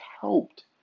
helped